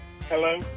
Hello